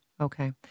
Okay